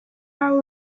are